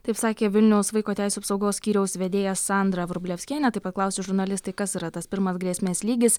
taip sakė vilniaus vaiko teisių apsaugos skyriaus vedėja sandra vrublevskienė taip pat klausė žurnalistai kas yra tas pirmas grėsmės lygis